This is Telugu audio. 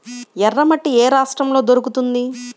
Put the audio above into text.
ఎర్రమట్టి ఏ రాష్ట్రంలో దొరుకుతుంది?